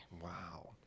Wow